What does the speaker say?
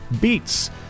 beats